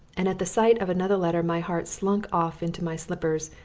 and at the sight of another letter my heart slunk off into my slippers,